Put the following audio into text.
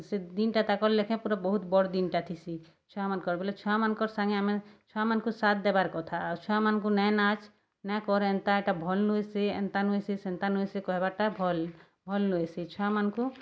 ସେ ଦିନ୍ଟା ତାକର୍ ଲେଖେ ପୁରା ବହୁତ୍ ବଡ଼୍ ଦିନ୍ଟା ଥିସି ଛୁଆମାନ୍ଙ୍କର୍ ବେଲେ ଛୁଆମାନ୍ଙ୍କର୍ ସାଙ୍ଗେ ଆମେ ଛୁଆମାନ୍ଙ୍କୁ ସାଥ୍ ଦେବାର୍ କଥା ଆଉ ଛୁଆମାନ୍ଙ୍କୁ ନାଇଁ ନାଚ୍ ନାଇଁ କର୍ ଏନ୍ତା ଇଟା ଭଲ୍ ନୁହେଁସେ ଏନ୍ତା ନୁହେଁ ସେ ସେନ୍ତା ନୁହେଁ ସେ କହେବାର୍ଟା ଭଲ୍ ଭଲ୍ ନୁହେଁ ସେ ଛୁଆମାନଙ୍କୁ